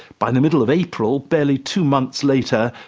by the middle of april, barely two months later,